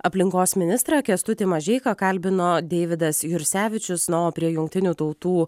aplinkos ministrą kęstutį mažeiką kalbino deividas jursevičius na o prie jungtinių tautų